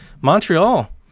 Montreal